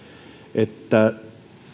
että